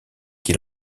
qui